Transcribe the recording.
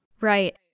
Right